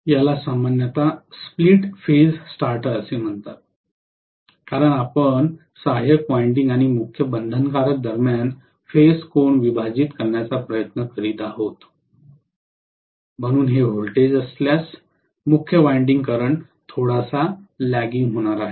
याला सामान्यत split phase starter असे म्हणतात कारण आपण सहाय्यक वायंडिंग आणि मुख्य बंधनकारक दरम्यान फेज कोन विभाजित करण्याचा प्रयत्न करीत आहात म्हणून मी हे व्होल्टेज असल्यास मुख्य वायंडिंग करंट थोडासा लग्गिंग होणार आहे